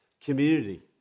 community